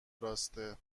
راسته